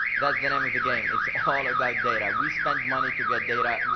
that's the name of the game. it's all about data. we spend money to get data.